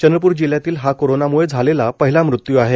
चंद्रपूर जिल्ह्यातील हा कोरोनाम्ळे झालेला पहिला मृत्यू आहे